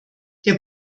der